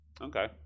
Okay